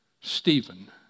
Stephen